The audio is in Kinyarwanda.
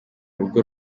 rugo